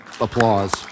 applause